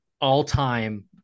all-time